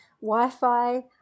wi-fi